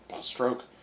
Stroke